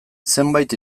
zenbait